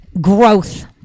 growth